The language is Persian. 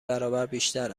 برابربیشتر